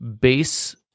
base